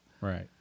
Right